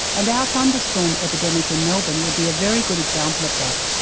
and our thunderstorm epidemic in melbourne would be a very good example of that,